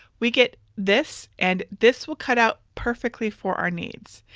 we get this and this will cut out perfectly for our needs.